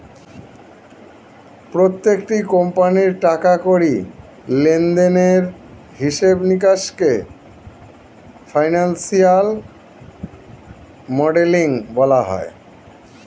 প্রত্যেকটি কোম্পানির টাকা কড়ি লেনদেনের হিসাব নিকাশকে ফিনান্সিয়াল মডেলিং বলা হয়